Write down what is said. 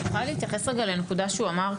אני יכולה להתייחס לנקודה שהוא אמר?